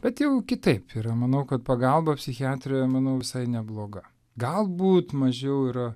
bet jau kitaip yra manau kad pagalba psichiatrijoj manau visai nebloga galbūt mažiau yra